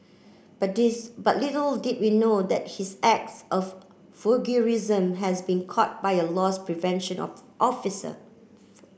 but but little did he know that his acts of voyeurism has been caught by a loss prevention officer